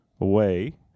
away